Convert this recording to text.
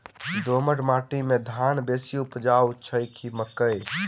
दोमट माटि मे धान बेसी उपजाउ की मकई?